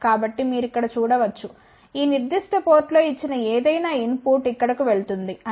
కాబట్టి మీరు ఇక్కడ చూడ వచ్చు ఈ నిర్దిష్ట పోర్టులో ఇచ్చిన ఏదైనా ఇన్ పుట్ ఇక్కడకు వెళుతుంది అంటే S13 0